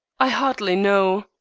i hardly know,